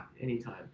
anytime